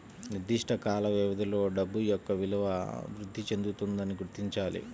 నిర్దిష్ట కాల వ్యవధిలో డబ్బు యొక్క విలువ వృద్ధి చెందుతుందని గుర్తించాలి